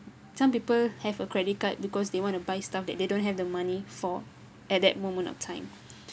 some people have a credit card because they want to buy stuff that they don't have the money for at that moment of time